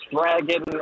dragon